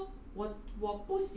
then err